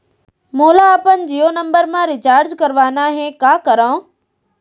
मोला अपन जियो नंबर म रिचार्ज करवाना हे, का करव?